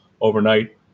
overnight